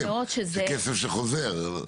זה כסף שחוזר.